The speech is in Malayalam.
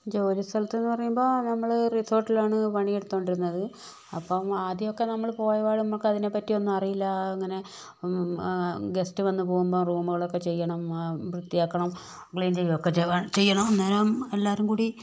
ജോലിസ്ഥലത്ത് എന്ന് പറയുമ്പോൾ നമ്മൾ റിസോർട്ടിലാണ് പണിയെടുത്തുകൊണ്ടിരുന്നത് അപ്പോൾ ആദ്യമൊക്കെ നമ്മള് പോയപാട് നമുക്ക് അതിനെപ്പറ്റിയൊന്നും അറിയില്ല ഇങ്ങനെ ഗസ്റ്റ് വന്നു പോകുമ്പോൾ റൂമുകളൊക്കെ ചെയ്യണം വൃത്തിയാക്കണം ക്ലീൻ ചെയ്യുകയൊക്കെ ചെയ്യണം അന്നേരം എല്ലാവരും കൂടി